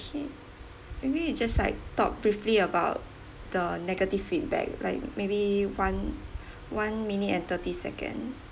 okay maybe we just like talk briefly about the negative feedback like maybe one one minute and thirty second